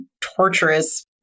torturous